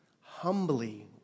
humbly